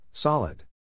Solid